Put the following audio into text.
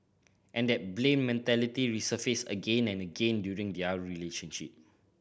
and that blame mentality resurfaced again and again during their relationship